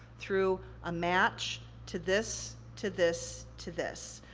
through a match, to this, to this, to this.